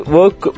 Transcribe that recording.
work